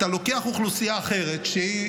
אתה לוקח אוכלוסייה אחרת שהיא